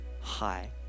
Hi